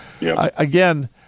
again